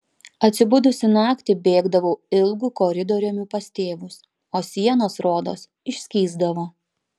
atsibudusi naktį bėgdavau ilgu koridoriumi pas tėvus o sienos rodos išskysdavo